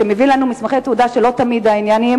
שמביאות לנו מסמכי תעודה שלא תמיד העניינים